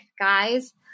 Guys